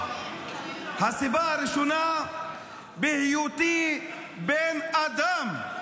הסיבה הראשונה, בהיותי בן אדם,